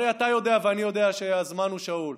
הרי אתה יודע ואני יודע שהזמן הוא שאול.